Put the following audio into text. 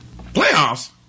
Playoffs